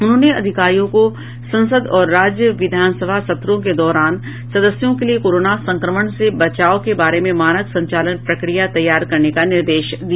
उन्होंने अधिकारियों को संसद और राज्य विधानसभा सत्रों के दौरान सदस्यों के लिए कोरोना संक्रमण से बचाव के बारे में मानक संचालन प्रक्रिया तैयार करने का निर्देश दिया